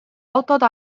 autode